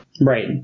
Right